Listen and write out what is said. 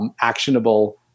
actionable